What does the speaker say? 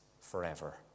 forever